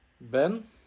Ben